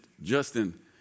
Justin